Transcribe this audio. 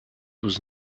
was